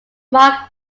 mark